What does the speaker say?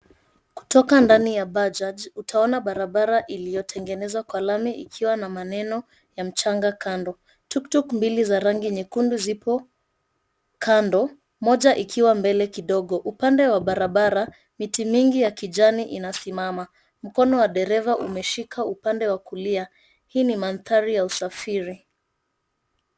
Kutoka ndani ya bajaj utaona barabara iliyotengenezwa kwa lami ikiwa na maneno ya mchanga kando. Tukutuku mbili za rangi nyekundu zipo kando moja ikiwa mbele kidogo, upande wa barabara miti mbili za kijani inasimama, mkono wa dereva umeshika upande wa kulia. Hii ni mandhari ya usafiri.